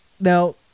Now